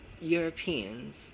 Europeans